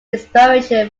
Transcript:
inspiration